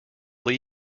lead